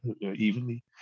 evenly